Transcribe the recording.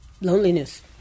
loneliness